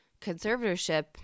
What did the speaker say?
conservatorship